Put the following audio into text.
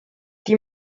die